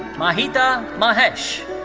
mahita mahesh.